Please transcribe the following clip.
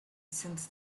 since